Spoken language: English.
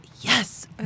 yes